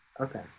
Okay